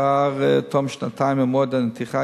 לאחר תום שנתיים ממועד הנתיחה,